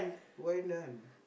why none